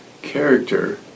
character